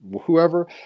whoever